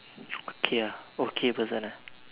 okay ya okay person ah